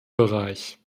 bereich